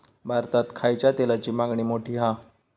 भारतात खायच्या तेलाची मागणी मोठी हा